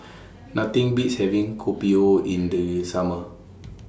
Nothing Beats having Kopi O in The Summer